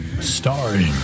starring